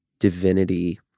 Divinity